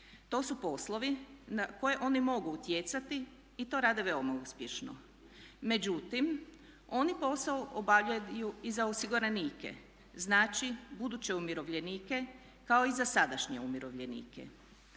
to su poslovi na koje oni mogu utjecati i to rade veoma uspješno. Međutim, oni posao obavljaju i za osiguranike, znači buduće umirovljenike kao i za sadašnje umirovljenike.